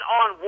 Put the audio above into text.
on